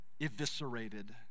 eviscerated